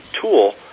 tool